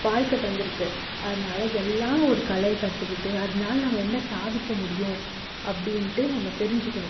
வாழ்க்கை தந்திருக்கு அதனால எல்லாேரும் ஒரு கலையை கற்றுக்கிட்டு அதனால நாம் என்ன சாதிக்க முடியும் அப்படின்ட்டு நம்ம தெரிஞ்சுக்கணும்